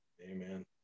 Amen